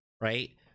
Right